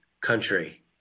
country